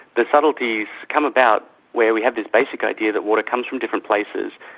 the subtleties come about where we have this basic idea that water comes from different places,